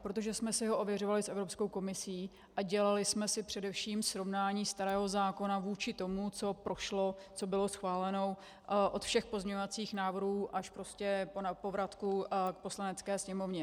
Protože jsme si ho ověřovali s Evropskou komisí a dělali jsme si především srovnání starého zákona vůči tomu, co prošlo, co bylo schváleno od všech pozměňovacích návrhů až prostě po vratku k Poslanecké sněmovně.